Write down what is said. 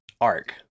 arc